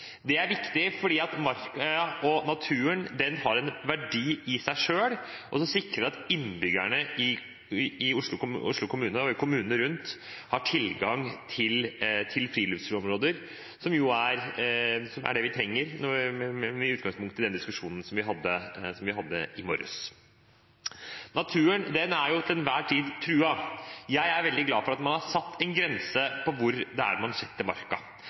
Det er viktig fordi naturen har en verdi i seg selv, og så sikrer vi at innbyggerne i Oslo kommune og kommunene rundt har tilgang til friluftsområder, som er det vi trenger, med utgangspunkt i den diskusjonen vi hadde i morges. Naturen er til enhver tid truet, og jeg er veldig glad for at man har satt en grense for marka, for det er